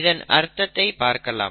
இதன் அர்த்தத்தை பார்க்கலாம்